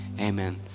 amen